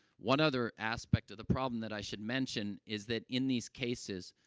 one other aspect of the problem that i should mention is that in these cases,